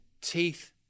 teeth